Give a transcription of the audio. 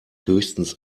höchstens